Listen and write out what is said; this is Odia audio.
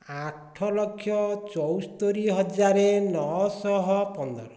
ଆଠ ଲକ୍ଷ ଚଉସ୍ତରି ହଜାରେ ନ ଶହ ପନ୍ଦର